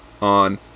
on